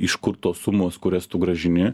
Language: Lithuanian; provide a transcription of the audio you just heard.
iš kur tos sumos kurias tu grąžini